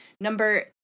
number